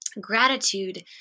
gratitude